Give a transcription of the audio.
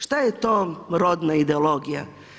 Šta je to rodna ideologija?